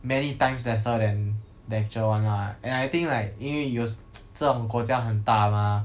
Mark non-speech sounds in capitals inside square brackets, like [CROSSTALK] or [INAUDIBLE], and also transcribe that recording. many times lesser than the actual one ah and I think like 因为有 [NOISE] 这种国家很大吗